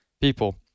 people